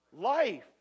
Life